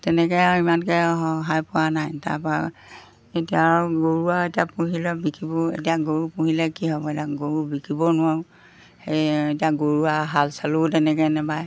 তেনেকৈ আৰু ইমানকৈ সহায় পোৱা নাই তাৰপৰা এতিয়া আৰু গৰু আৰু এতিয়া পুহিলে বিকিব এতিয়া গৰু পুহিলে কি হ'ব এতিয়া গৰু বিকিবও নোৱাৰোঁ সেই এতিয়া গৰু আৰু হাল চালো তেনেকৈ নেবায়